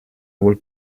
vuol